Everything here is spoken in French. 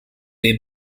des